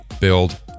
build